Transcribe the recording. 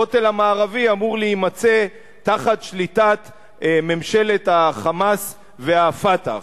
הכותל המערבי אמור להימצא תחת שליטת ממשלת ה"חמאס" וה"פתח".